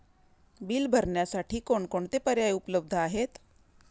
Bill भरण्यासाठी कोणकोणते पर्याय उपलब्ध आहेत?